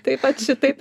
taip pat šitaip